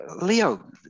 Leo